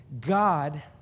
God